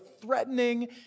threatening